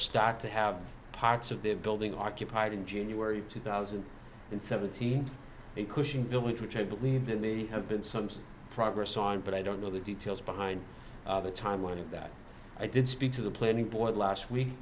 start to have parts of the building occupied in january two thousand and seventeen and cushing village which i believe in the have been some some progress on but i don't know the details behind the timeline of that i did speak to the planning board last week